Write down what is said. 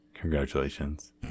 congratulations